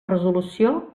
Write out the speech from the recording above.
resolució